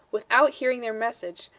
without hearing their message,